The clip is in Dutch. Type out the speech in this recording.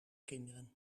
kinderen